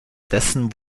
dessen